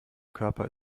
körper